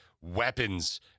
weapons